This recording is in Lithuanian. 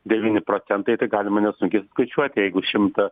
devyni procentai tai galima nesunkiai suskaičiuoti jeigu šimtą